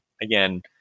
Again